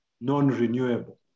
non-renewable